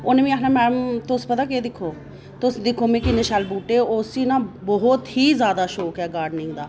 उन्नै मिगी आखना मैम तुस पता केह् दिक्खो तुस दिक्खो इन्ने शैल बूह्टे ते उसी ना बहुत ई शौक ऐ गार्डनिंग दा